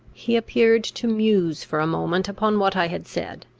he appeared to muse for a moment upon what i had said,